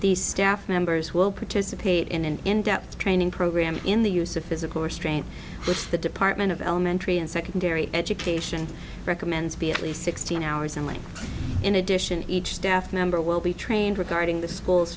these staff members will participate in an in depth training program in the use of physical restraint which the department of elementary and secondary education recommends be at least sixteen hours in length in addition each staff member will be trained regarding the school